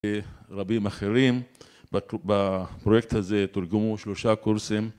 רבים אחרים, בפרויקט הזה תורגמו שלושה קורסים.